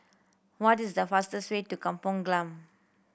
what is the fastest way to Kampong Glam